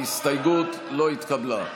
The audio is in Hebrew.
ההסתייגות לא התקבלה.